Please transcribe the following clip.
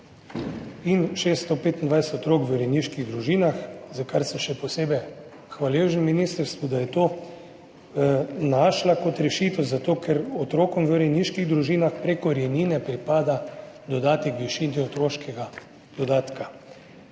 in 625 otrok v rejniških družinah, za kar sem še posebej hvaležen ministrstvu, da se je za to našla rešitev, ker otrokom v rejniških družinah preko rejnine pripada dodatek v višini otroškega dodatka.